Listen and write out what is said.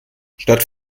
statt